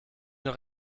noch